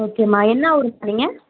ஓகேம்மா என்ன ஊர் சொன்னீங்க